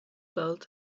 belt